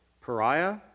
pariah